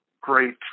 great